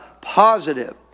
positive